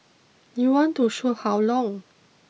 you want to shoot how long